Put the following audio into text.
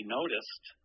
noticed